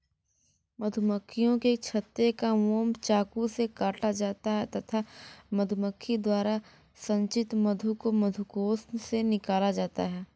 मधुमक्खियों के छत्ते का मोम चाकू से काटा जाता है तथा मधुमक्खी द्वारा संचित मधु को मधुकोश से निकाला जाता है